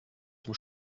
zum